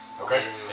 Okay